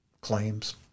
claims